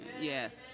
Yes